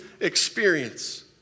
experience